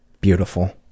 beautiful